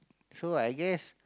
so I guess